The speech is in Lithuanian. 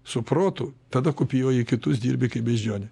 su protu tada kopijuoji kitus dirbi kaip beždžionė